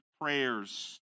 Prayers